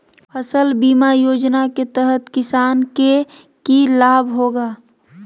फसल बीमा योजना के तहत किसान के की लाभ होगा?